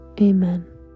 amen